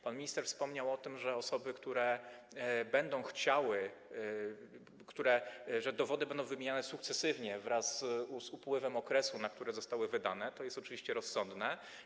Pan minister wspomniał o tym, że osoby, które będą chciały... że dowody będą wymieniane sukcesywnie, wraz z upływem okresu, na który zostały wydane, co jest oczywiście rozsądne.